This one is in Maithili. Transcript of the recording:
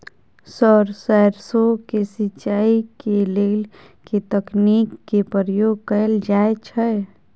सर सैरसो केँ सिचाई केँ लेल केँ तकनीक केँ प्रयोग कैल जाएँ छैय?